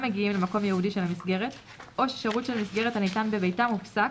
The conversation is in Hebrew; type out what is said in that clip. מגיעים למקום ייעודי של המסגרת או ששירות של מסגרת הניתן בביתם הופסק,